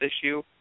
issue